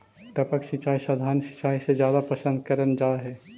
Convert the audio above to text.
टपक सिंचाई सधारण सिंचाई से जादा पसंद करल जा हे